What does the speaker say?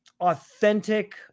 authentic